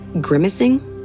grimacing